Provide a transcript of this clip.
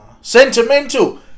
Sentimental